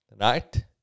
Right